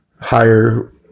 higher